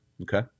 Okay